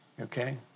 Okay